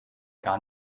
gar